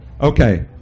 Okay